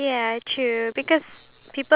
impressive